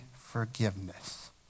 forgiveness